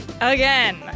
Again